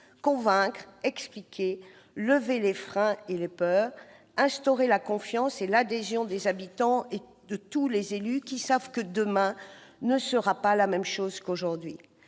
convaincre, expliquer, lever les freins et les peurs, instaurer la confiance et l'adhésion des habitants et de tous les élus qui savent que demain ne ressemblera pas à aujourd'hui.